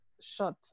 shot